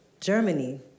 Germany